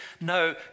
No